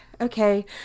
okay